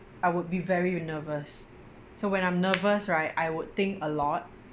I would be very nervous so when I'm nervous right I would think a lot